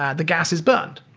ah the gas is burned,